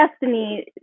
destiny